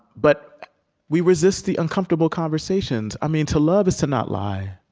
but we resist the uncomfortable conversations. i mean, to love is to not lie.